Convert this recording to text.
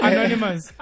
Anonymous